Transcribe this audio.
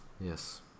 yes